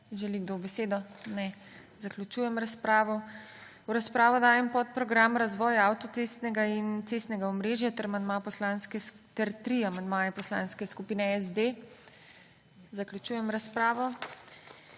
Želi kdo besedo? (Ne.) Zaključujem razpravo. V razpravo dajem podprogram Razvoj avtocestnega in cestnega omrežja ter tri amandmaje Poslanske skupine SD. Zaključujem razpravo.